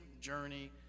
journey